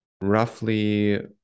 roughly